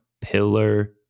Pillar